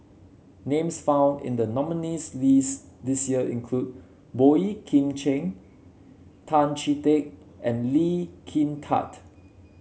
names found in the nominees list this year include Boey Kim Cheng Tan Chee Teck and Lee Kin Tat